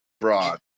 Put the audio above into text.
broad